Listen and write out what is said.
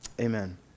Amen